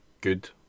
good